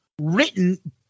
written